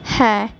হ্যাঁ